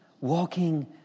walking